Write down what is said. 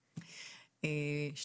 הצבעה בעד - 2